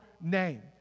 name